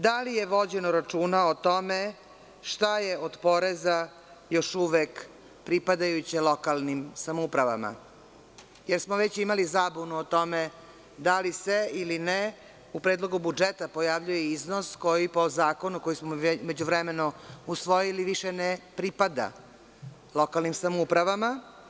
Da li je vođeno računa o tome šta je od poreza još uvek pripadajuće lokalnim samoupravama, jer smo već imali zabunu o tome da li se ili ne u predlogu budžeta pojavljuje iznos koji po zakonu koji smo u međuvremenu usvojili više ne pripada lokalnim samoupravama?